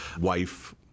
wife